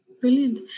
Brilliant